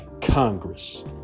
Congress